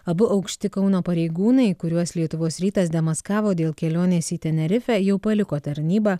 abu aukšti kauno pareigūnai kuriuos lietuvos rytas demaskavo dėl kelionės į tenerifę jau paliko tarnybą